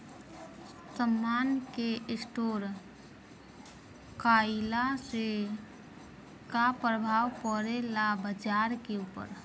समान के स्टोर काइला से का प्रभाव परे ला बाजार के ऊपर?